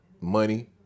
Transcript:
money